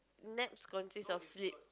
naps consist of sleep